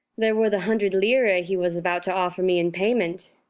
there were the hundred lire he was about to offer me in payment,